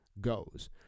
goes